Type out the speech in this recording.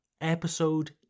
Episode